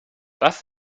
was